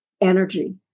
energy